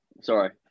sorry